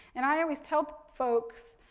and i always tell folks,